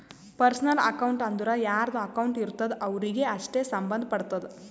personal account ಅಂದುರ್ ಯಾರ್ದು account ಇರ್ತುದ್ ಅವ್ರಿಗೆ ಅಷ್ಟೇ ಸಂಭಂದ್ ಪಡ್ತುದ